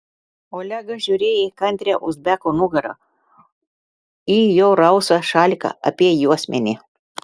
olegas žiūrėjo į kantrią uzbeko nugarą į jo rausvą šaliką apie juosmenį